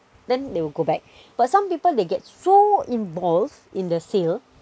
then they will go back but some people they get so involved in the sale